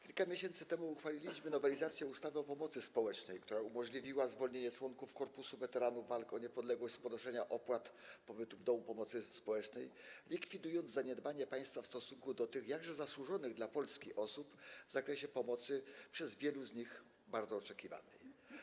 Kilka miesięcy temu uchwaliliśmy ustawę o pomocy społecznej, która umożliwiła zwolnienie członków Korpusu Weteranów Walk o Niepodległość z ponoszenia opłat za pobyt w domu pomocy społecznej, likwidując zaniedbanie państwa w stosunku do tych jakże zasłużonych dla Polski osób w zakresie pomocy przez wielu z nich bardzo oczekiwanej.